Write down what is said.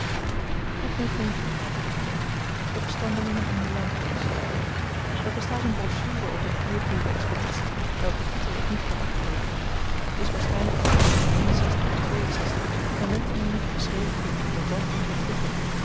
opstandelingen in de lampongs er bestaat n brochure over de hier bedoelde expeditie welker titel ik niet kan opgeven ze is waarschynlyk van of en werd meen ik geschreven door den kommandant onzer troepen